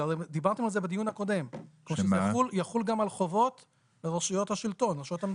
דיברתם על זה בדיון הקודם שזה יחול גם על חובות לרשויות המדינה.